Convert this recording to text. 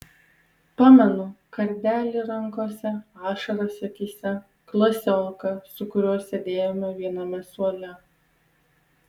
pamenu kardelį rankose ašaras akyse klasioką su kuriuo sėdėjome viename suole